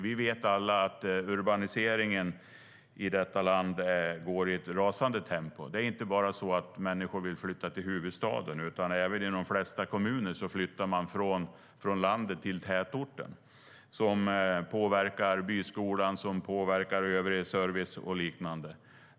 Vi vet alla att urbaniseringen i detta land går i ett rasande tempo. Det är inte bara så att människor vill flytta till huvudstaden, utan man flyttar från landet till tätorten inom de flesta kommuner. Det påverkar byskolan, övrig service och liknande.